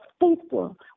faithful